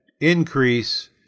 increase